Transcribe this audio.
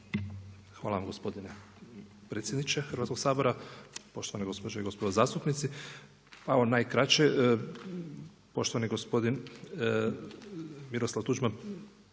Hvala vam gospodine predsjedniče Hrvatskog sabora, poštovane gospođe i gospodo zastupnici. Pa evo najkraće. Poštovani gospodin Miroslav Tuđman